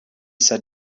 said